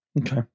Okay